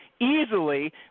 easily